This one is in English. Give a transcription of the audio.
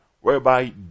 whereby